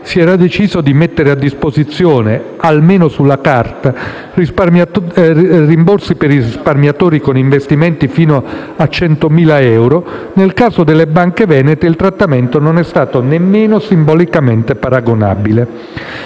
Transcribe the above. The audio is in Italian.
si era deciso di mettere a disposizione, almeno sulla carta, rimborsi per i risparmiatori con investimenti fino a 100.000 euro, nel caso delle banche venete il trattamento non è stato nemmeno simbolicamente paragonabile.